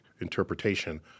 interpretation